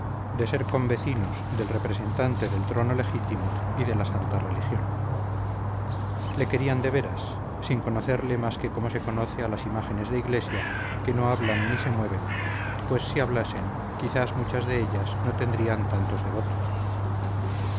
de ser convecinos del representante del trono legítimo y de la santa religión le querían de veras sin conocerle más que como se conoce a las imágenes de iglesia que no hablan ni se mueven pues si hablasen quizás muchas de ellas no tendrían tantos devotos